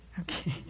Okay